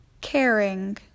Caring